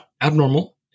abnormal